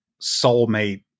soulmate